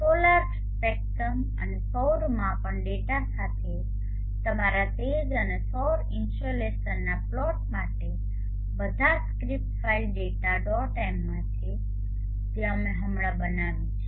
solar spectrum અને સૌર માપન ડેટા સાથે તમારા તેજ અને સૌર ઇન્સોલેશનના પ્લોટ માટે આ સ્ક્રિપ્ટ ફાઇલ ડેટા ડોટ mમાં છે જે અમે હમણાં બનાવી છે